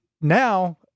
now